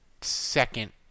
second